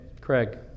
Craig